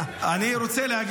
אתה תהיה הצד המפסיד כל החיים שלך.